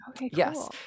yes